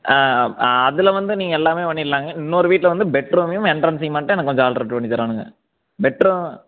ஆ ஆ அதில் வந்து நீங்கள் எல்லாமே பண்ணிரலாங்க இன்னொரு வீட்டில வந்து பெட்ரூம்மையும் எண்ட்ரன்ஸையும் மட்டும் எனக்கு கொஞ்சம் ஆல்டர் பண்ணி தரோனும்ங்க பெட்ரூம்